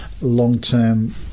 long-term